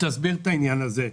שתסביר את העניין הזה.